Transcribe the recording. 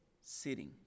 sitting